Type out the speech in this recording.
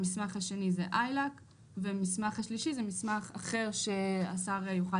המסמך השני זה ILAC והמסמך השלישי זה מסמך אחר שהשר יוכל